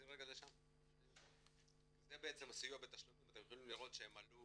זה בעצם סיוע בתשלומים, אתם יכולים לראות שהם עלו